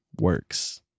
works